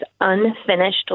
unfinished